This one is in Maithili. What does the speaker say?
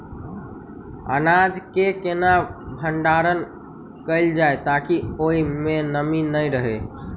अनाज केँ केना भण्डारण कैल जाए ताकि ओई मै नमी नै रहै?